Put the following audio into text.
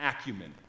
acumen